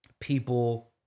people